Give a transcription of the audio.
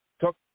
took